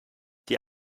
die